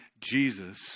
Jesus